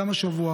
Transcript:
גם השבוע,